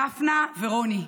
דפנה ורוני,